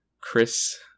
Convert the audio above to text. chris